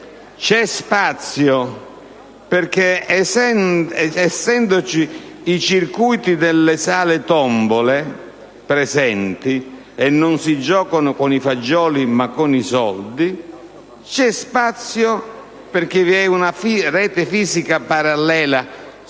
è stata che, essendoci i circuiti delle sale-tombola (e non si gioca con i fagioli, ma con i soldi), c'è spazio, perché vi è una rete fisica parallela